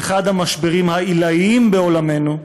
באחד המשברים העילאיים בעולמנו,